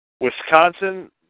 Wisconsin